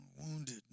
wounded